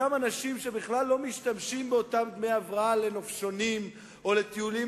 אותם אנשים שבכלל לא משתמשים באותם דמי הבראה לנופשונים או לטיולים,